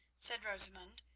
said rosamund.